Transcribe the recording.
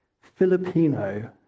filipino